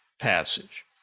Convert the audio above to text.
passage